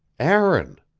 aaron.